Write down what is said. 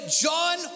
John